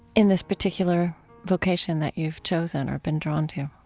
in this particular vocation that you've chosen or been drawn to